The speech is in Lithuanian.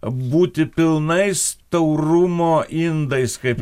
būti pilnais taurumo indais kaip